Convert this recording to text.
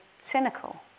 cynical